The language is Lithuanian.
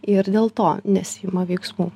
ir dėl to nesiima veiksmų